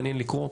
מעניין לקרוא,